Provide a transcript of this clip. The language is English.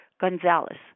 Gonzalez